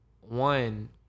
one